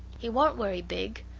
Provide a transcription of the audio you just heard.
he warn't wery big,